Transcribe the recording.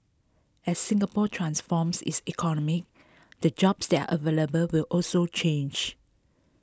as Singapore transforms its economy the jobs that are available will also change